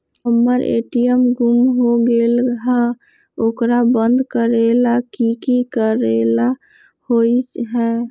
हमर ए.टी.एम गुम हो गेलक ह ओकरा बंद करेला कि कि करेला होई है?